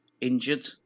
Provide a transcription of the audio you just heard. injured